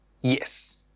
Yes